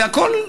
זה הכול,